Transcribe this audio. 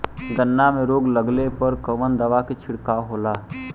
गन्ना में रोग लगले पर कवन दवा के छिड़काव होला?